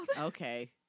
Okay